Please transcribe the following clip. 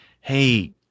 Hey